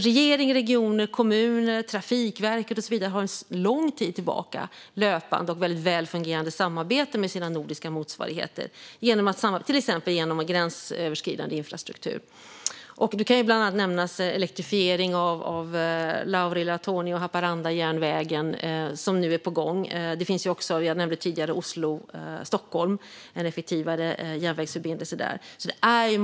Regeringen, regioner, kommuner, Trafikverket och så vidare har sedan lång tid tillbaka ett löpande och väldigt väl fungerande samarbete med sina nordiska motsvarigheter, till exempel genom gränsöverskridande infrastruktur. Bland annat kan jag nämna elektrifiering av järnvägen mellan Laurila, Torneå och Haparanda, som nu är på gång. Tidigare tog jag även upp en effektivare järnvägsförbindelse mellan Oslo och Stockholm.